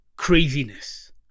craziness